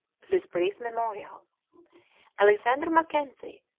this brief memorial alexander mackenzie,